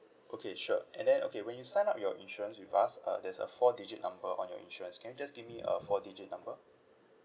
okay sure and then okay when you sign up your insurance with us uh there's a four digit number on your insurance can you just give me a four digit number